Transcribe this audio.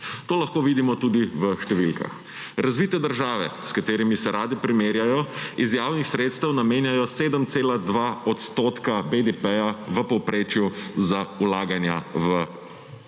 To lahko vidimo tudi v številkah. Razvite države, s katerimi se radi primerjajo, iz javnih sredstev namenjajo 7,2 % BDP v povprečju za vlaganja v